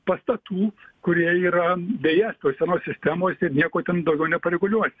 pastatų kurie yra beje tos senose sistemose ir nieko ten daugiau nepareguliuosi